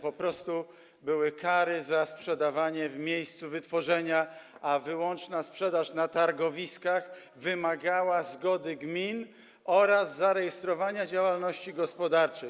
Po prostu były kary za sprzedawanie w miejscu wytworzenia, a wyłączna sprzedaż na targowiskach wymagała zgody gmin oraz zarejestrowania działalności gospodarczej.